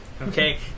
Okay